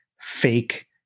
fake